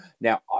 Now